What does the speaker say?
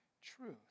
truth